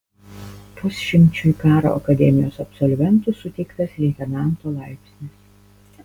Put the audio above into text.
pusšimčiui karo akademijos absolventų suteiktas leitenanto laipsnis